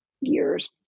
years